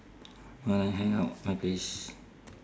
wanna hang out my place